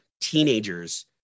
teenagers